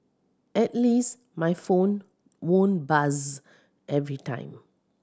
at least my phone won't buzz every time